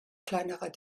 kleinerer